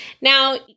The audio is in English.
Now